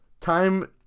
time